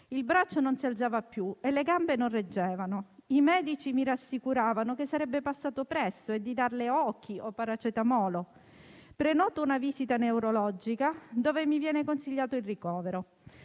Il braccio non si alzava più e le gambe non reggevano. I medici mi rassicuravano che sarebbe passato presto e di darle paracetamolo. Prenoto una visita neurologica, dove mi viene consigliato il ricovero.